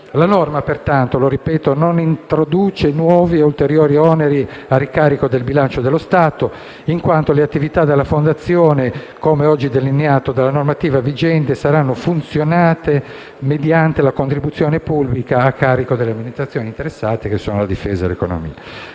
La norma, pertanto, non introduce nuovi o ulteriori oneri a carico del bilancio dello Stato, in quanto le attività della Fondazione, come oggi delineato dalla normativa vigente, saranno finanziate mediante la contribuzione pubblica a carico delle amministrazioni interessate (sono la Difesa e l'Economia),